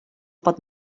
pot